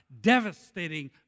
devastating